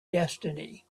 destiny